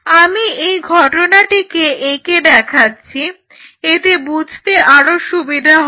আমি এই ঘটনাটিকে এঁকে দেখাচ্ছি এতে বুঝতে আরও সুবিধা হবে